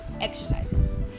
exercises